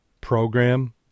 program